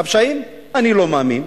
אני לא מאמין.